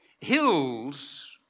hills